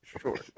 Sure